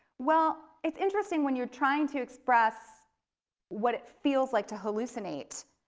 well, it's interesting when you're trying to express what it feels like to hallucinate.